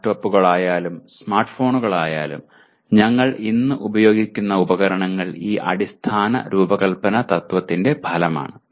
ലാപ്ടോപ്പുകളായാലും സ്മാർട്ട്ഫോണുകളായാലും ഞങ്ങൾ ഇന്ന് ഉപയോഗിക്കുന്ന ഉപകരണങ്ങൾ ഈ അടിസ്ഥാന രൂപകൽപ്പന തത്വത്തിന്റെ ഫലമാണ്